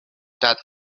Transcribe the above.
that